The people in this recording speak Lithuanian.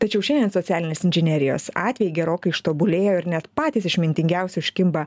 tačiau šiandien socialinės inžinerijos atvejai gerokai ištobulėjo ir net patys išmintingiausi užkimba